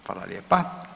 Hvala lijepa.